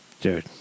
Dude